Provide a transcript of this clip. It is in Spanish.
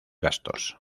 gastos